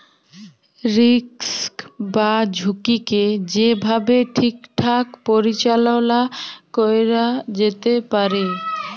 risk বা ঝুঁকিকে যে ভাবে ঠিকঠাক পরিচাললা ক্যরা যেতে পারে